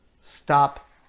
stop